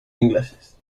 ingleses